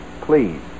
please